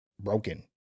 broken